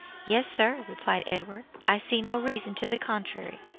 yes, sir, replied edward i see no reason to the contrary.